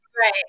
Right